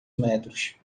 metros